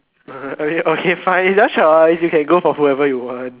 okay okay fine you can go for whoever you want